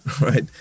right